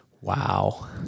wow